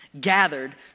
Gathered